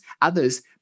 others